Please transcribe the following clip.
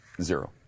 Zero